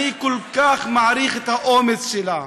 אני כל כך מעריך את האומץ שלה.